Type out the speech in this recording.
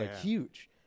huge